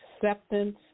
acceptance